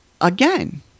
Again